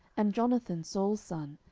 and jonathan, saul's son,